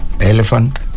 Elephant